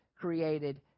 created